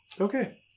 okay